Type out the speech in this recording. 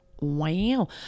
wow